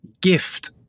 gift